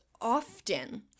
often